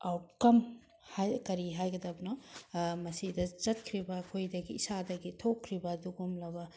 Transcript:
outcome ꯀꯔꯤ ꯍꯥꯏꯒꯗꯕꯅꯣ ꯃꯁꯤꯗ ꯆꯠꯈ꯭ꯔꯤꯕ ꯑꯩꯈꯣꯏꯗꯒꯤ ꯏꯁꯥꯗꯒꯤ ꯊꯣꯛꯈ꯭ꯔꯤꯕ ꯑꯗꯨꯒꯨꯝꯂꯕ